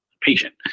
patient